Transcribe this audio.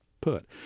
put